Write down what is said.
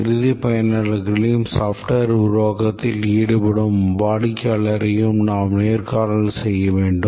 இறுதி பயனர்களையும் software உருவாக்கத்தில் ஈடுபடும் வாடிக்கையாளரையும் நாம் நேர்காணல் செய்ய வேண்டும்